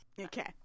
Okay